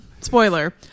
Spoiler